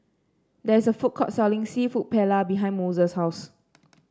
there is a food court selling seafood Paella behind Mose's house